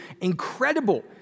incredible